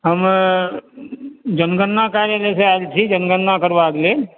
हम जनगणना कार्यालय सं आयल छी जनगणना करबाक लेल